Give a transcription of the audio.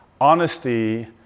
honesty